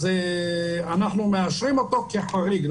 אז אנחנו מאשרים אותו כחריג,